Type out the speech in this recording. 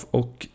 och